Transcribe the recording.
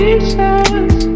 Pieces